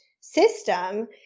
system